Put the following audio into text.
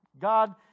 God